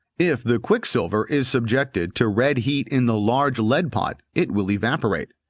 if the quicksilver is subjected to red heat in the large leadpot, it will evaporate.